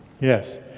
Yes